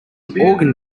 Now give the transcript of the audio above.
organ